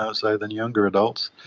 ah say, than younger adults,